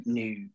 new